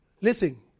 Listen